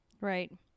Right